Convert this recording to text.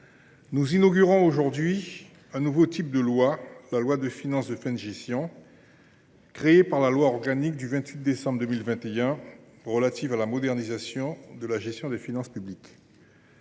nous inaugurons aujourd’hui un nouveau type de texte, le projet de loi de finances de fin de gestion, créé par la loi organique du 28 décembre 2021 relative à la modernisation de la gestion des finances publiques.